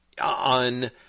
on